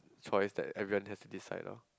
choice that everyone has to decide lor